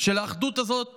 של האחדות הזאת